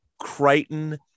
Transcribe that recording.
Crichton